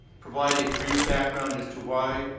provide a brief background as to why